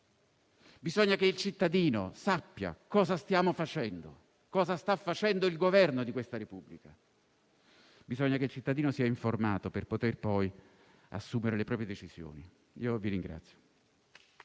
Bisogna che il cittadino sappia cosa stiamo facendo, cosa sta facendo il Governo di questa Repubblica. Bisogna che cittadino sia informato per poter poi assumere le proprie decisioni.